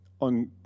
on